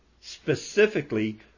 specifically